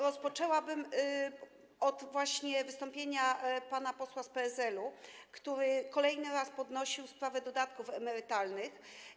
Rozpoczęłabym od wystąpienia pana posła z PSL-u, który kolejny raz podnosił sprawę dodatków emerytalnych.